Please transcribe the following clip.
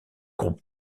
groupes